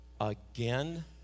Again